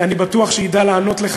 אני בטוח שידע לענות לך,